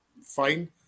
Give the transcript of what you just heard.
fine